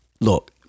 look